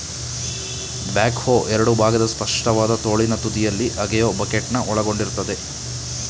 back ಹೋ ಎರಡು ಭಾಗದ ಸ್ಪಷ್ಟವಾದ ತೋಳಿನ ತುದಿಯಲ್ಲಿ ಅಗೆಯೋ ಬಕೆಟ್ನ ಒಳಗೊಂಡಿರ್ತದೆ